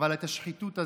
אבל את השחיתות הזאת,